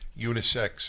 unisex